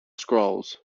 scrolls